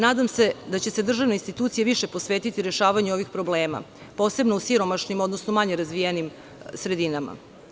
Nadam se da će se državne institucije više posvetiti rešavanju ovih problema, posebno u siromašnim, odnosno manje razvijenim sredinama.